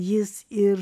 jis ir